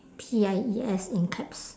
P I E S in caps